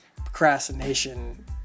procrastination